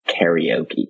karaoke